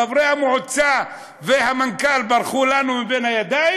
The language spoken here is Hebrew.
חברי המועצה והמנכ"ל ברחו לנו מבין הידיים?